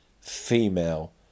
female